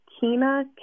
Kina